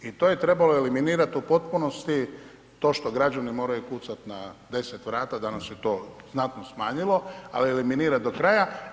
I to je trebalo eliminirati u potpunosti, to što građani moraju kucati na 10 vrata da bi se to znatno smanjilo, a eliminirati do kraja.